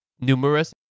numerous